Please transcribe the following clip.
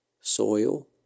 soil